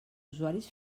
usuaris